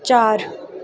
ਚਾਰ